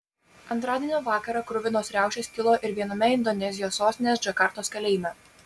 antradienio vakarą kruvinos riaušės kilo ir viename indonezijos sostinės džakartos kalėjime